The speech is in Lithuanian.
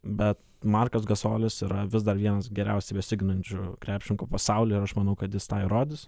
bet markas gasolis yra vis dar vienas geriausiai besiginančiu krepšininkų pasauly ir aš manau kad jis tą ir rodys